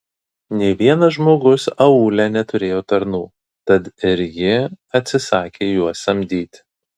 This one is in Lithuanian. nė vienas žmogus aūle neturėjo tarnų tad ir ji atsisakė juos samdyti